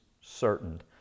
certain